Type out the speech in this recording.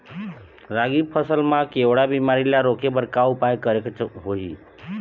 रागी फसल मा केवड़ा बीमारी ला रोके बर का उपाय करेक होही?